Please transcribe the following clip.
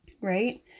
right